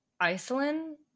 Iceland